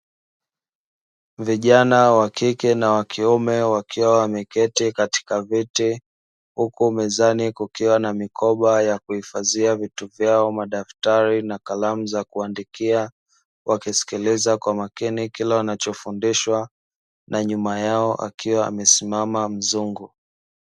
Vijana wa kike na wa kiume wakiwa wameketi katika viti huku mezani kukiwa na mikoba ya kuhifadhia vitu vyao madaftari, na kalamu za kuandikia wakisikiliza kwa makini kila wanachofundishwa na nyuma yao akiwa amesimama mzungu